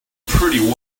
pretty